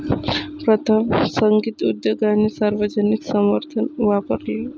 प्रथम, संगीत उद्योगाने सार्वजनिक समर्थन वापरले